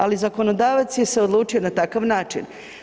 Ali zakonodavac je se odlučio na takav način.